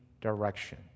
direction